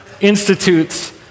Institutes